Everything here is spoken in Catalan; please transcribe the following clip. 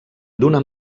d’una